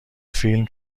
فیلم